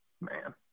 man